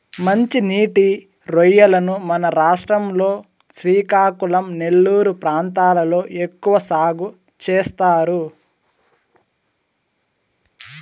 మంచి నీటి రొయ్యలను మన రాష్ట్రం లో శ్రీకాకుళం, నెల్లూరు ప్రాంతాలలో ఎక్కువ సాగు చేస్తారు